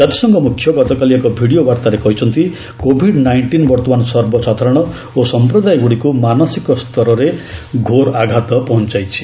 କାତିସଂଘ ମୁଖ୍ୟ ଗତକାଲି ଏକ ଭିଡ଼ିଓ ବାର୍ତ୍ତାରେ କହିଛନ୍ତି କୋଭିଡ୍ ନାଇଷ୍ଟିନ୍ ବର୍ଭମାନ ସର୍ବସାଧାରଣ ଓ ସମ୍ପ୍ରଦାୟଗୁଡ଼ିକୁ ମାନସିକ ସ୍ତରରେ ଘୋର ଆଘାତ ପହଞ୍ଚାଇଛି